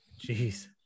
Jeez